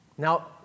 Now